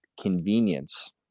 convenience